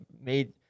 made